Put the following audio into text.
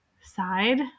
side